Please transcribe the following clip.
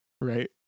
right